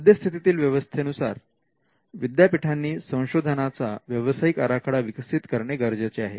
सद्यस्थितीतील व्यवस्थेनुसार विद्यापीठांनी संशोधनाचा व्यावसायिक आराखडा विकसित करणे गरजेचे आहे